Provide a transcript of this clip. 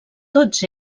tots